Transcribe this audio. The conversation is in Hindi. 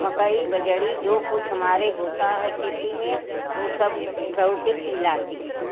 मकई बाजरा जो कुछ हमारे होता है खेती में ओ सब गाय के खिलाती हूँ